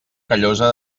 callosa